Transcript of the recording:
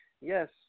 Yes